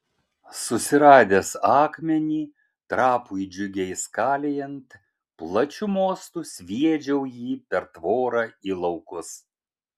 susiradęs akmenį trapui džiugiai skalijant plačiu mostu sviedžiau jį per tvorą į laukus